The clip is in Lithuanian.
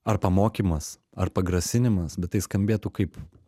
ar pamokymas ar pagrasinimas bet tai skambėtų kaip